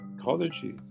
ecology